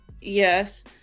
Yes